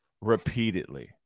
repeatedly